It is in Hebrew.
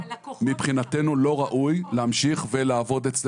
מבחינתנו לא ראוי להמשיך ולעבוד אצלנו.